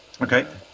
Okay